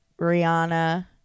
Rihanna